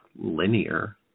linear